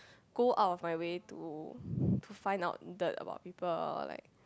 go out of my way to to find out that about people or like